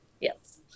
Yes